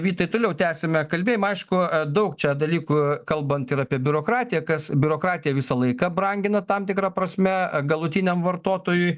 vytai toliau tęsiame kalbėjom aišku daug čia dalykų kalbant ir apie biurokratiją kas biurokratija visą laiką brangina tam tikra prasme galutiniam vartotojui